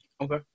Okay